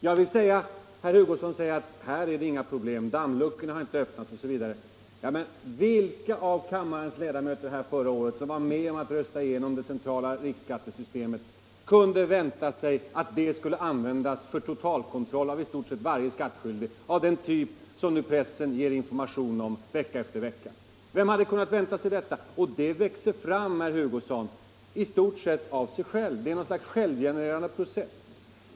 Herr Hugosson säger att här finns det inga problem, dammluckorna har inte öppnats osv. Vilka av kammarens ledamöter som förra året var med om att rösta igenom det centrala riksskattesystemet kunde vänta sig att det skulle användas för en totalkontroll av i stort sett varje skattskyldig av den typ som pressen nu ger information om vecka efter vecka? Och det växer fram, herr Hugosson, i stort sett av sig självt - det är någon slags självgenererande process.